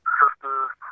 sisters